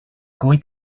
going